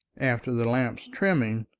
after the lamp's trimming,